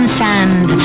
sand